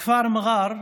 בכפר מר'אר,